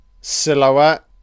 silhouette